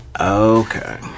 Okay